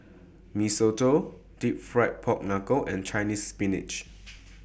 Mee Soto Deep Fried Pork Knuckle and Chinese Spinach